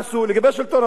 לגבי שלטון החוק,